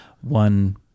one